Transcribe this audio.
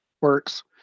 works